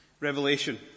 Revelation